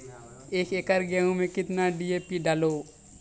एक एकरऽ गेहूँ मैं कितना डी.ए.पी डालो?